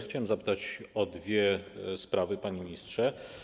Chciałem zapytać o dwie sprawy, panie ministrze.